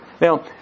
Now